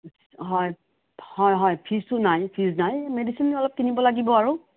হয় হয় হয় ফিজটো নাই ফিজ নাই মেডিচিন অলপ কিনিব লাগিব আৰু